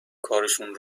کارشون